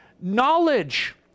Knowledge